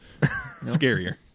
Scarier